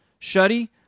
Shuddy